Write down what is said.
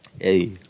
Hey